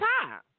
time